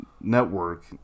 network